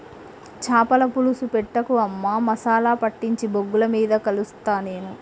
చాపల పులుసు పెట్టకు అమ్మా మసాలా పట్టించి బొగ్గుల మీద కలుస్తా నేను